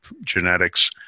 genetics